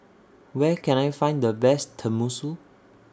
Where Can I Find The Best Tenmusu